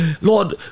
Lord